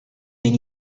been